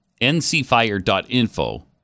ncfire.info